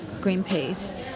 Greenpeace